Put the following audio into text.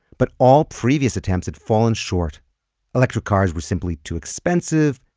but all previous attempts had fallen short electric cars were simply too expensive.